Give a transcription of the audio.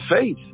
faith